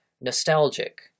nostalgic